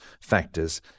factors